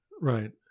Right